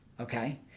Okay